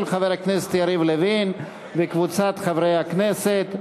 של חבר הכנסת יריב לוין וקבוצת חברי הכנסת,